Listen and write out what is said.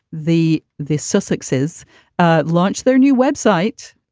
the the sussex is ah launch their new web site,